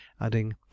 adding